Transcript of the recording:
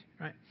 right